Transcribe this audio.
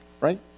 right